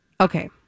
Okay